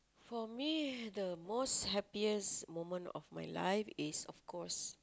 for me the most happiest moment of my life is of course